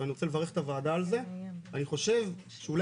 ואני רוצה לברך את הוועדה על זה ואני חושב שאולי